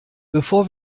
bevor